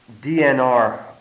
DNR